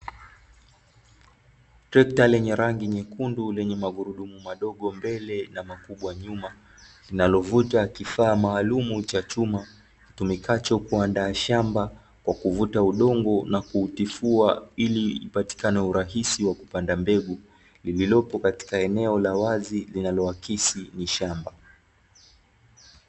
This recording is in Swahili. Trekta lenye rangi nyekundu lenye magurudumu madogo mbele na makubwa nyuma, linalovuta kifaa maalumu cha chuma kitumikacho kuandaa shamba kwa kuvuta udongo na kuutifua ili upatikane urahisi wa kupanda mbegu, lililopo katika eneo la wazi linaloakisi ni shamba.